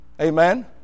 Amen